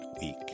week